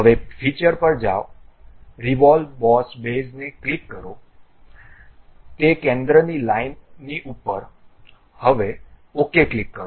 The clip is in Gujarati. હવે ફિચર પર જાઓ રીવોલ્વ બોસ બેઝને ક્લિક કરો તે કેન્દ્રની લાઇનની ઉપર હવે OK ક્લિક કરો